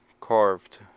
carved